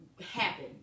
happen